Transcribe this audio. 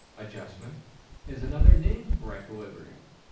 adjustment is another name for equilibrium.